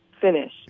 finish